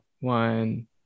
one